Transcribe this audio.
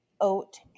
oat